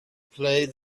play